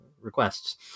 requests